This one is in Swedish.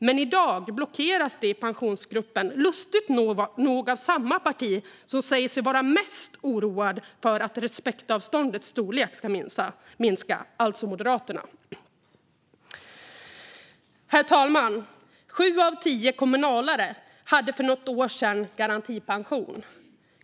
Men i dag blockeras det i Pensionsgruppen lustigt nog av samma parti som säger sig vara mest oroad för att respektavståndets storlek ska minska, alltså Moderaterna. Herr talman! Sju av tio kommunalare hade för något år sedan garantipension.